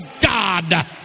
God